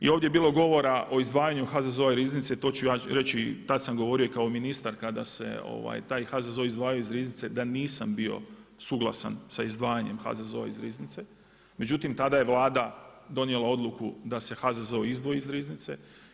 I ovdje je bilo govora o izdvajanju HZZO-a iz riznice, to ću ja reći tada sam govorio i kao ministar kada se taj HZZO izdvajao iz riznice da nisam bio suglasan sa izdvajanjem HZZO-a iz riznice, međutim tada je vlada donijela odluku da se HZZO izdvoji iz riznice.